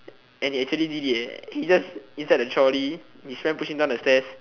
and he actually did it eh he just inside the trolley his friend push him down the stairs